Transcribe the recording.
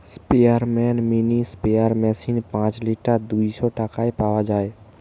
স্পেয়ারম্যান mini sprayer machine পাঁচ litre দুইশ টাকায় পাওয়া যায়